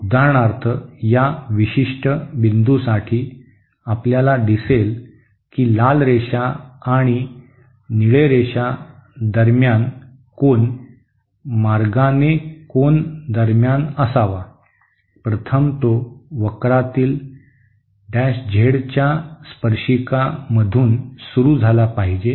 उदाहरणार्थ या विशिष्ट बिंदूसाठी आपल्याला दिसेल की लाल रेषा आणि निळे रेषा दरम्यान कोन मार्गाने कोन दरम्यान असावा प्रथम तो वक्रातील Z च्या स्पर्शिकापासून सुरू झाला पाहिजे